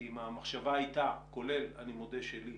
כי אם המחשבה הייתה, כולל, אני מודה, שלי,